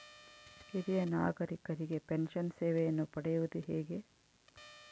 ಹಿರಿಯ ನಾಗರಿಕರಿಗೆ ಪೆನ್ಷನ್ ಸೇವೆಯನ್ನು ಪಡೆಯುವುದು ಹೇಗೆ?